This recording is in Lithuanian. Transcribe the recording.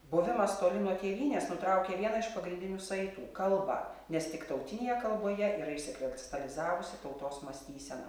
buvimas toli nuo tėvynės nutraukė vieną iš pagrindinių saitų kalbą nes tik tautinėje kalboje yra išsikristalizavusi tautos mąstysena